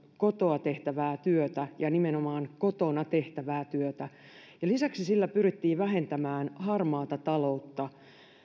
kotoa tehtävää työtä ja nimenomaan kotona tehtävää työtä ja lisäksi sillä pyrittiin vähentämään harmaata taloutta